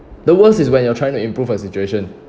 the worst is when you are trying to improve your situation